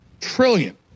trillion